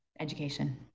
education